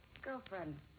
Girlfriend